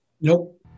nope